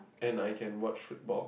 and I can watch football